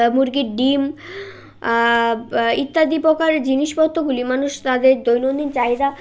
মুরগির ডিম ইত্যাদি প্রকার জিনিসপত্রগুলি মানুষ তাদের দৈনন্দিন চাহিদা